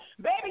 Baby